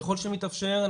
ככל שמתאפשר,